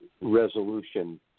resolution